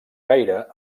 gaire